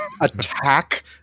attack